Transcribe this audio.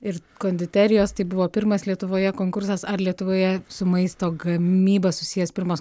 ir konditerijos tai buvo pirmas lietuvoje konkursas ar lietuvoje su maisto gamyba susijęs pirmas